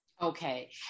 Okay